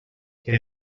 que